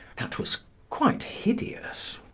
that was quite hideous.